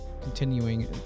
continuing